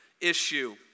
issue